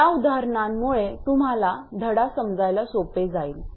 या उदाहरणांमुळे तुम्हाला धडा समजायला सोपे जाईल